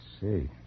see